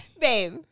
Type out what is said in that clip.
Babe